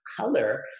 color